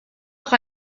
auch